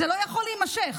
זה לא יכול להימשך.